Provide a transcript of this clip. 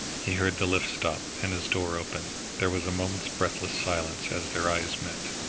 he heard the lift stop and his door open. there was a moment's breathless silence as their eyes met,